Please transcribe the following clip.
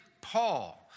Paul